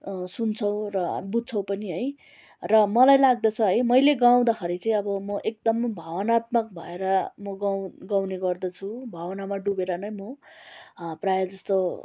सुन्छौँ र बुझ्छौँ पनि है र मलाई लाग्दछ है मैले गाउँदाखेरि चाहिँ अब म एकदमै भावनात्मक भएर म गाउ गाउने गर्दछु भावनामा डुबेर नै म प्राय जस्तो